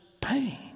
pain